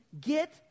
get